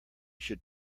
should